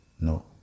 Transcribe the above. No